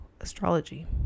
astrology